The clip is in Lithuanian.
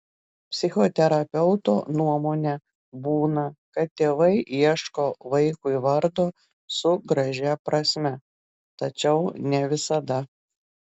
psichoterapeuto nuomone būna kad tėvai ieško vaikui vardo su gražia prasme tačiau ne visada